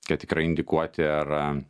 kad tikrai indikuoti ar